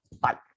bye